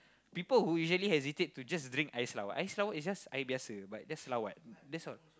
people who usually hesitate to just drink air selawat air selawat is just air biasa but just selawat that's all